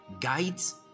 guides